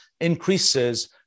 increases